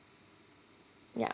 ya